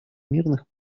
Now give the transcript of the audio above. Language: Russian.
мирных